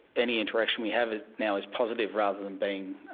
any interaction we have now is positive rather than being